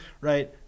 right